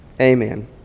Amen